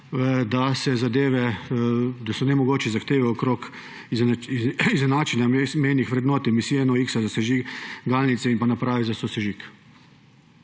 razvoj, da so nemogoče zahteve okrog izenačenja mejnih vrednosti emisije NOx za sežigalnice in naprav za sosežig.